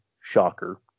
Shocker